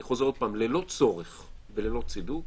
חוזר עוד פעם: ללא צורך וללא צידוק